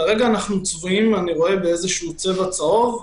כרגע אנחנו צבועים באיזה צבע צהוב,